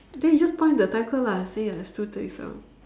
then you just point the time code lah say it's two thirty seven